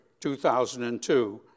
2002